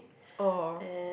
oh